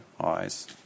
eyes